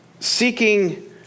seeking